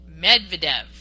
Medvedev